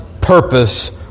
purpose